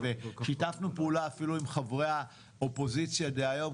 ושיתפנו פעולה אפילו עם חברי האופוזיציה דהיום,